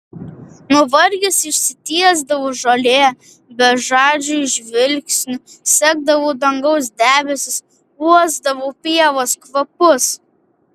nuvargęs išsitiesdavau žolėje bežadžiu žvilgsniu sekdavau dangaus debesis uosdavau pievos kvapus